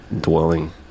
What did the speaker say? dwelling